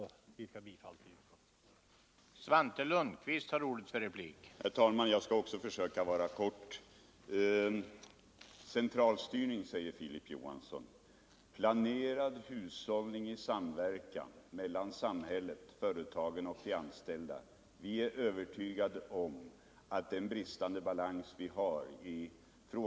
Jag yrkar bifall till utskottets hemställan.